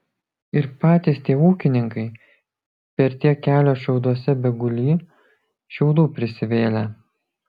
ir patys tie ūkininkai per tiek kelio šiauduose begulį šiaudų prisivėlę